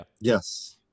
yes